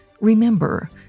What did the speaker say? Remember